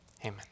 Amen